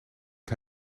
tot